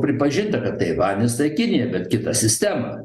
pripažinta kad taivanis tai kinija bet kita sistema